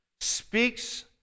speaks